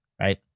right